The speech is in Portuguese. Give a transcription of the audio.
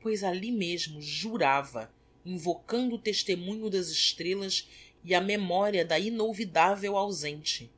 pois ali mesmo jurava invocando o testemunho das estrellas e a memoria da inolvidavel ausente